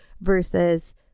versus